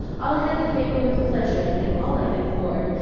i'll head the paper with pleasure and give all i can afford,